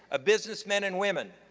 ah businessmen and women,